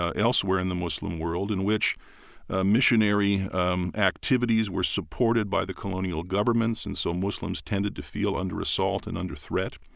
ah elsewhere in the muslim world, in which ah missionary um activities were supported by the colonial governments, and so muslims tended to feel under assault and under threat.